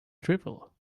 drivel